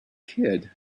kid